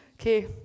Okay